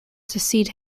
succeed